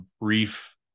brief